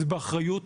זה באחריות